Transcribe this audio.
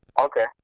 Okay